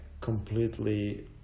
completely